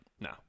No